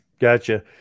Gotcha